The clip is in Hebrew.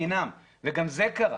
חינם וגם זה קרה.